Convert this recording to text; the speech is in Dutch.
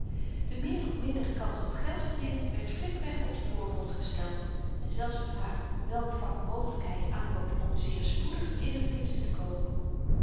de meer of mindere kans op geld verdienen werd flinkweg op den voorgrond gesteld en zelfs de vraag welk vak mogelykheid aanbood om zeer spoedig in de verdiensten te komen